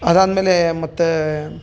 ಅದಾದಮೇಲೆ ಮತ್ತು